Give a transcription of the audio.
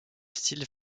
style